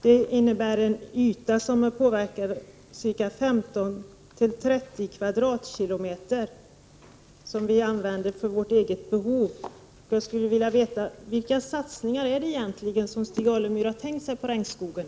Det innebär att vi, för vårt eget behov, påverkar en yta på 33 15—30 kvadratkilometer. Jag skulle vilja veta vilka satsningar Stig Alemyr egentligen har tänkt sig att göra på regnskogen.